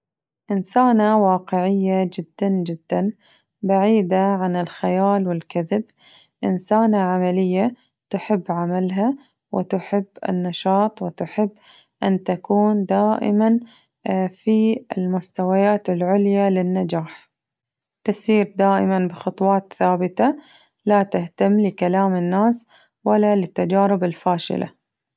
إنسانة واقعية جداً جداً بعيدة عن الخيال والكذب إنسانة عملية تحب عملها وتحب النشاط وتحب أن تكون دائماً في المستويات العالية للنجاح تسير دائماً بخطوات ثابتة لا تهتم لكلام الناس ولا للتجارب الفاشلة.